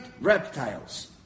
reptiles